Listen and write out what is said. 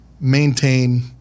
maintain